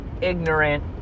ignorant